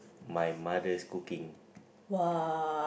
my mother's cooking